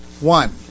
One